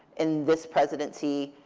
in this presidency,